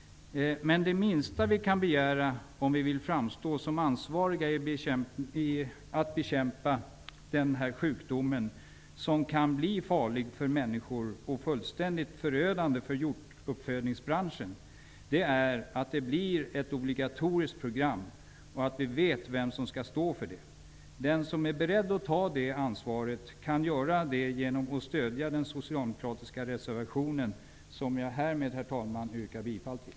Men det minsta som vi kan begära om vi vill framstå som ansvariga i bekämpandet av denna sjukdom, som kan bli farlig för människor och fullständigt förödande för hjortuppfödningsbranschen, är att det blir ett obligatoriskt program och att vi vet vem som skall stå för det. Den som är beredd att ta det ansvaret kan göra det genom att stödja den socialdemokratiska reservationen, som jag härmed yrkar bifall till.